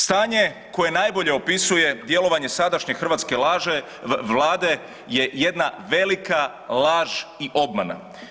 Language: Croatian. Stanje koje najbolje opisuje djelovanje sadašnje hrvatske vlade je jedna velika laž i obmana.